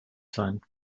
sein